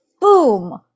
boom